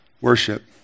worship